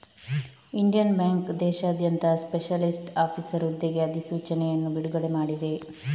Indian Bank ದೇಶಾದ್ಯಂತ specialist officer ಹುದ್ದೆಗೆ ಅಧಿಸೂಚನೆಯನ್ನು ಬಿಡುಗಡೆ ಮಾಡಿದೆ